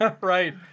Right